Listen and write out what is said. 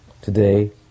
Today